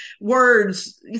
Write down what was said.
words